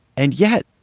and yet.